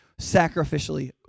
sacrificially